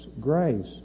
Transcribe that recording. grace